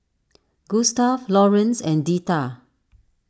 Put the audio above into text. Gustaf Lawrance and Deetta